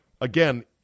again